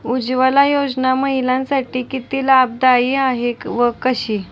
उज्ज्वला योजना महिलांसाठी किती लाभदायी आहे व कशी?